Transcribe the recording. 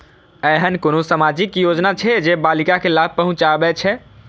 ऐहन कुनु सामाजिक योजना छे जे बालिका के लाभ पहुँचाबे छे?